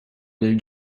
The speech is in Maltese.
lil